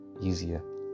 easier